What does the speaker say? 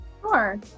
Sure